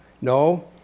No